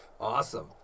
awesome